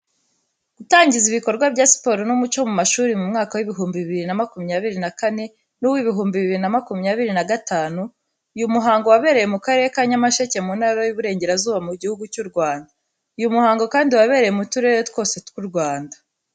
Gutangiza ibikorwa bya siporo n'umuco mu mashuri mu mwaka w'ibihumbi biriri na makumyabiri na kane n'uwibihumbi biriri na makumyabiri na gatanu. Uyu muhango wabereye mu Karere ka Nyamasheke mu ntara y'Iburengerazuba mu gihugu cyu Rwanda. Uyu muhango kandi wabereye mu turere twose tw'u Rwanda.